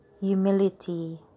humility